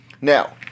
Now